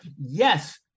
yes